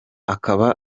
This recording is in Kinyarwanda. akaba